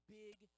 big